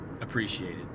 appreciated